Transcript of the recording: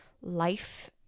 life